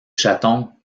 chatons